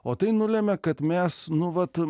o tai nulemia kad mes nuolat